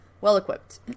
well-equipped